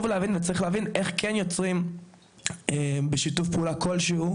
להבין איך כן יוצרים בשיתוף פעולה כלשהו,